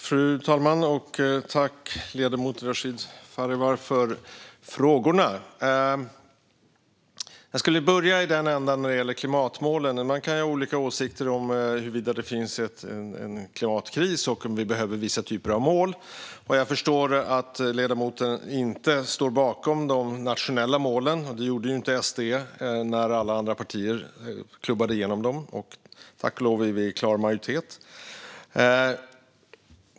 Fru talman! Tack, ledamoten Rashid Farivar, för frågorna! Jag skulle vilja börja med klimatmålen. Man kan ha olika åsikter om huruvida det finns en klimatkris och om vi behöver vissa typer av mål. Jag förstår att ledamoten inte står bakom de nationella målen. Det gjorde inte SD när alla andra partier klubbade igenom dem, men tack och lov är vi i klar majoritet.